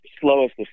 slowest